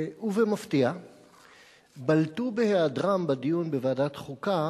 ובמפתיע בלטו בהיעדרם בדיון בוועדת חוקה